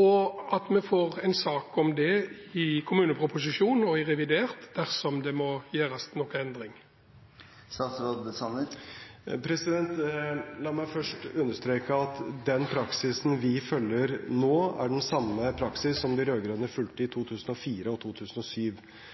Og får vi en sak på det i kommuneproposisjon eller i revidert dersom det må gjøres noen endringer? La meg først understreke at den praksisen vi følger nå, er den samme praksis som de rød-grønne fulgte i 2004 og 2007.